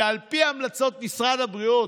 שעל פי המלצות משרד הבריאות,